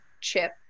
Chip